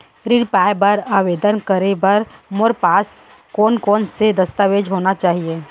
ऋण पाय बर आवेदन करे बर मोर पास कोन कोन से दस्तावेज होना चाही?